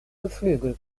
geflügel